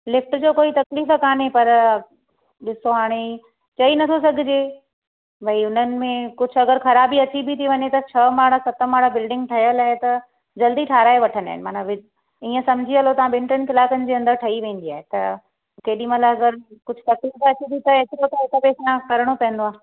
lift जो कोई तकलीफ़ त काने पर ॾिसो हाणे चई नथो सघिजे भाई हुननि में कुझु अगरि ख़राबी अची बि थी वञे त छह माड़ा सत माड़ा बिल्डिंग ठहियल आहे त जल्दी ठहिराए वठंदा आहिनि माना वी ईअं सम्झी हलो तव्हां ॿिनि टिनि कलाकनि जे अंदरि ठही वेंदी आहे त केॾीमहिल अगरि कुझु तकलीफ़ अचे थी त एतिरो त हिक ॿिए सां करिणो पवंदो आहे